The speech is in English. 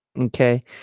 okay